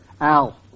Al